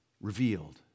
revealed